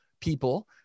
people